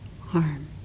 harm